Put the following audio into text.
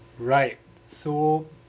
right so